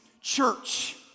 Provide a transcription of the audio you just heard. church